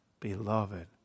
Beloved